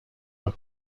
are